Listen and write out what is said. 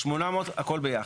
הכל ביחד,